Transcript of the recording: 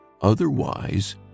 Otherwise